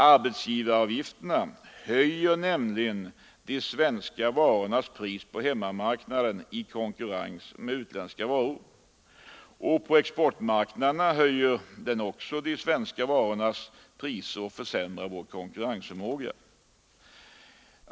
Arbetsgivaravgifterna höjer de svenska varornas pris på hemmamarknaden i konkurrens med utländska varor. På exportmarknaden höjer de också svenska varors priser och försämrar konkurrensförmågan.